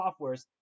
softwares